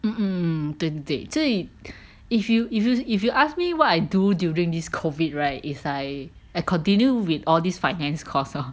mm mm 对对所以 if you if you if you ask me what I do during this COVID right is I continue with all these finance course lor